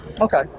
Okay